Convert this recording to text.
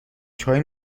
چای